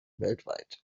weltweit